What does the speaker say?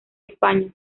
españa